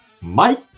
Mike